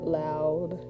loud